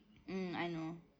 mm I know